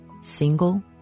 single